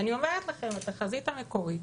ואני אומרת לכם, התחזית המקורית